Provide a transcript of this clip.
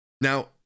Now